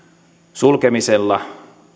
sulkemiselle